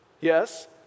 Yes